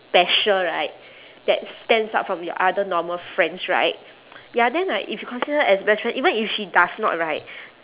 ~pecial right that stands out from your other normal friends right ya then like if you consider her as best friend even if she does not right